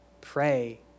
pray